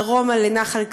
דרומה לנחל כזיב.